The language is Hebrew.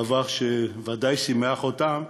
דבר שוודאי שימח אותם,